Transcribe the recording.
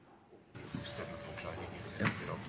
sterke